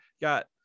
got